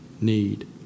need